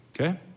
okay